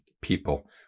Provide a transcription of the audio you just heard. people